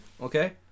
okay